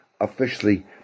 officially